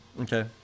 okay